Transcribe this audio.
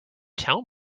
tell